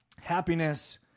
happiness